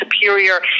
superior